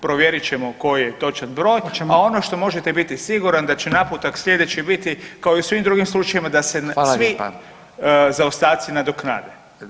Provjerit ćemo koji je točan broj, a ono što možete biti siguran da će naputak sljedeći biti, kao i u svim drugim slučajevima da se svi [[Upadica: Hvala lijepa.]] zaostaci nadoknade.